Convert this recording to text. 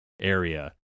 area